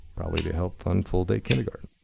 probably to help fund full day kindergarten.